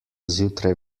zjutraj